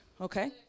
okay